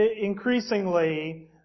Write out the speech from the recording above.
increasingly